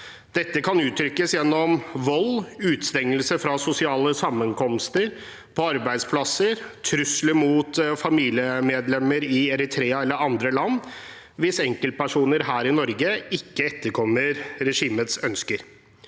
Dette kan uttrykkes gjennom vold, utestengelse fra sosiale sammenkomster på arbeidsplassen, trusler mot familiemedlemmer i Eritrea eller andre land hvis enkeltpersoner her i Norge ikke etterkommer regimets ønsker.